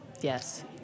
Yes